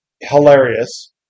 hilarious